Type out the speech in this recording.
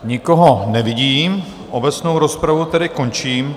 Nikoho nevidím obecnou rozpravu tedy končím.